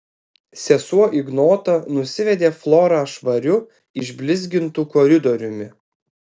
sesuo ignota nusivedė florą švariu išblizgintu koridoriumi